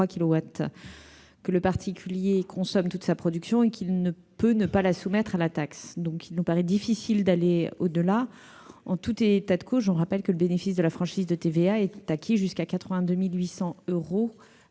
que le particulier consomme toute sa production sans la soumettre à la taxe. Il nous paraît difficile d'aller au-delà. En tout état de cause, je rappelle que le bénéfice de la franchise de TVA est acquis jusqu'à 82 800 euros